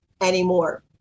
anymore